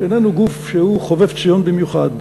שאיננו גוף שהוא חובב ציון במיוחד,